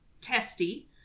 testy